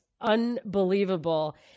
unbelievable